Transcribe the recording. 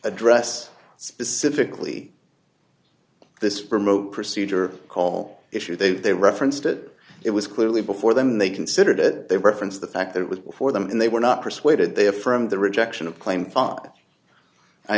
address specifically this remote procedure call issue that they referenced it it was clearly before them they considered it they referenced the fact that it was before them and they were not persuaded they affirmed the rejection of